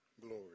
glory